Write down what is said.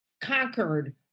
conquered